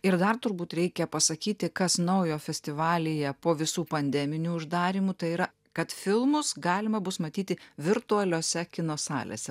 ir dar turbūt reikia pasakyti kas naujo festivalyje po visų pandeminių uždarymų tai yra kad filmus galima bus matyti virtualiose kino salėse